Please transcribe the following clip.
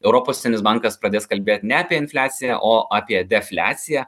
europos centrinis bankas pradės kalbėti ne apie infliaciją o apie defliaciją